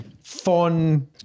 fun